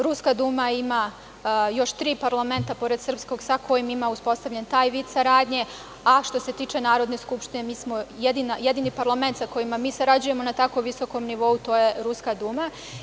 Ruska Duma ima još tri parlamenta, pored srpskog, sa kojima ima uspostavljen taj vid saradnje, a što se tiče Narodne skupštine, mi smo jedini parlament sa kojima mi sarađujemo na tako visokom novu, to je Ruska Duma.